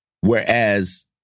Whereas